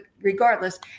regardless